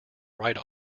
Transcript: write